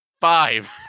five